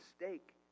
mistake